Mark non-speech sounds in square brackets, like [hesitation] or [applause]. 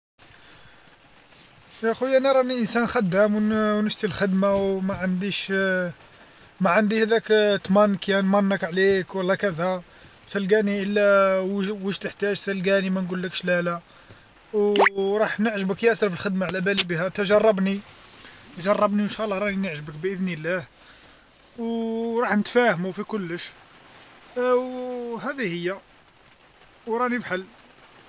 يا اخويا أنا راني إنسان خدام ون- ونشتي الخدمة وما عنديش [hesitation] ما عندي هذاك [hesitation] تمن_ نرنك عليك ولا كاذا تلقاني إلا [hesitation] وا- واش تحتاج تلقاني ما نقولكش لا لا، [hesitation] او راح نعجبك ياسر في الخدمة على بالي بها تا جربني جربني وإن شاء الله راني نعجب بإذن الله [unintelligible] وراح نتفاهمو في كلش، [hesitation] وهذه هي وراني فحل.